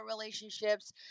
relationships